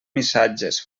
missatges